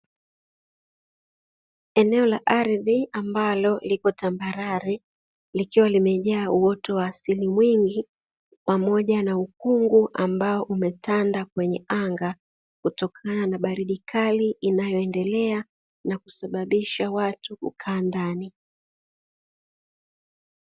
Eneo la ardhi ambalo liko tambarare, likiwa limejaa uwoto wa asili mwingi, pamoja na ukungu ambao umetanda kwenye anga, kutokana na baridi kali inayoendelea na kusababisha watu kukaa ndani.